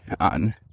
on